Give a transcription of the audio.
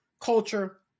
culture